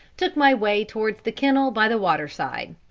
took my way towards the kennel by the water-side.